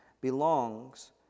belongs